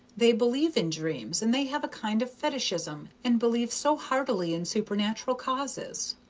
they believe in dreams, and they have a kind of fetichism, and believe so heartily in supernatural causes.